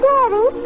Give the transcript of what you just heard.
Daddy